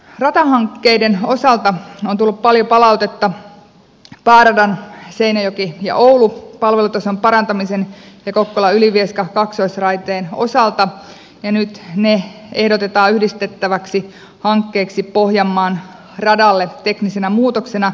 ratahankkeiden osalta on tullut paljon palautetta pääradan seinäjokioulu palvelutason parantamisen ja kokkolaylivieska kaksoisraiteen osalta ja nyt ne ehdotetaan yhdistettäväksi hankkeeksi pohjanmaan radalle teknisenä muutoksena